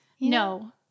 No